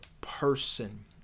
person